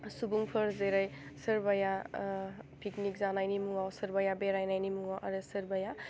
सुबुंफोर जेरै सोरबाया पिकनिक जानायनि मुङाव सोरबाया बेरायनायनि मुङाव आरो सोरबाया